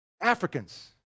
Africans